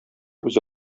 үзе